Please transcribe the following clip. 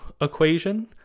equation